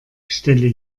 stelle